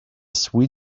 swell